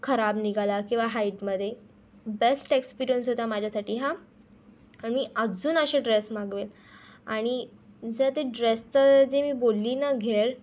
खराब निघाला किंवा हाईटमध्ये बेस्ट एक्सपीरियन्स होता माझ्यासाठी हा आणि अजून असे ड्रेस मागवेन आणि जर त्या ड्रेसचं जे मी बोलली ना घेर